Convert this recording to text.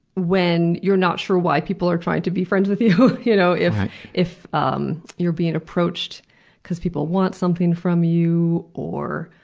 when you're not sure why people are trying to be friends with you. you know if if um you're being approached because people want something from you, or,